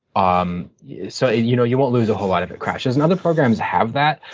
um so you know you won't lose a whole lot if it crashes. and other programs have that,